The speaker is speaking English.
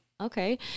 okay